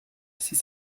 six